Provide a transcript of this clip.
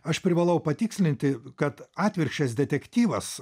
aš privalau patikslinti kad atvirkščias detektyvas